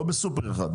לא בסופר אחד,